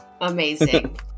amazing